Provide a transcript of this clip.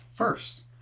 first